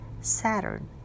saturn